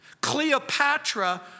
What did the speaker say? Cleopatra